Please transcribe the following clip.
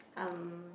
um